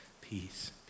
peace